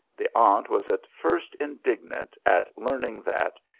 the aunt was at first indignant at learning that,